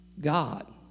God